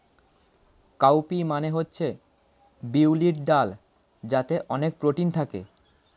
cow P মানে হচ্ছে বিউলির ডাল যাতে অনেক প্রোটিন থাকে